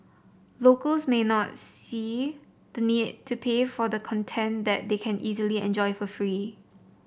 locals may not see the need to pay for the content that they can easily enjoy for free